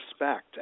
respect